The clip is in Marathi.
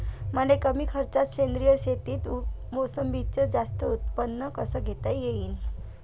मले कमी खर्चात सेंद्रीय शेतीत मोसंबीचं जास्त उत्पन्न कस घेता येईन?